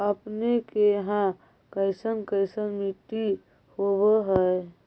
अपने के यहाँ कैसन कैसन मिट्टी होब है?